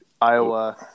Iowa